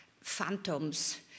phantoms